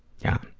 yeah.